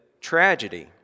tragedy